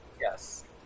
Yes